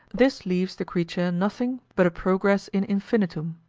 this leaves the creature nothing but a progress in infinitum,